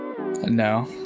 No